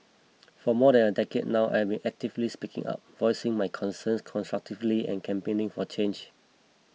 for more than a decade now I've been actively speaking up voicing my concerns constructively and campaigning for change